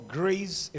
grace